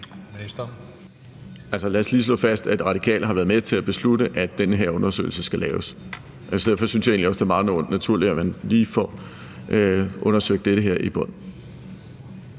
Lad os lige slå fast, at Radikale har været med til at beslutte, at den her undersøgelse skal laves. Derfor synes jeg egentlig også, det er meget naturligt, at man lige får undersøgt det her til bunds.